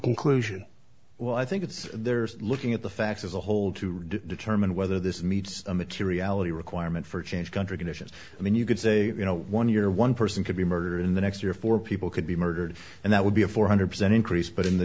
conclusion well i think it's there's looking at the facts as a whole to determine whether this meets the materiality requirement for change country conditions i mean you could say you know one year one person could be murder in the next three or four people could be murdered and that would be a four hundred percent increase but in the